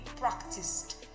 practiced